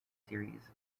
series